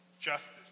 justice